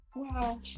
Wow